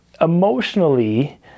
emotionally